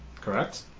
Correct